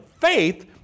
faith